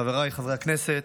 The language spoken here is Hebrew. חבריי חברי הכנסת,